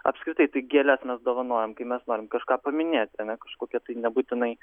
apskritai tai gėles mes dovanojam kai mes norim kažką paminėti ane kažkoki tai nebūtinai